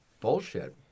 bullshit